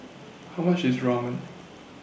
How much IS Ramen